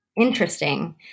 interesting